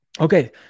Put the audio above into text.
Okay